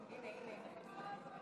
אני פה.